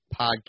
podcast